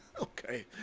Okay